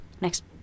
next